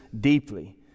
deeply